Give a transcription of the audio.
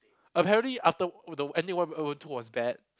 apparently after the ending one two was bad